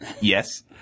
Yes